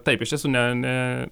taip iš tiesų ne ne